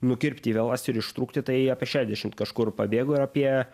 nukirpti vielas ir ištrūkti tai apie šešiasdešimt kažkur pabėgo ir apie